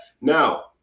Now